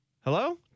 Hello